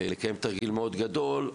לקיים תרגיל מאוד גדול,